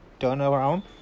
turnaround